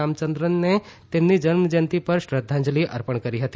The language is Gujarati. રામચંદ્રનને તેમની જન્મજયંતી પર શ્રદ્ધાંજલી અર્પણ કરી હતી